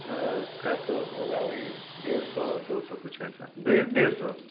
sir उसका तो होगा वही डेढ़ सौ दो सौ कुछ ऐसा डेढ़ डेढ़ सौ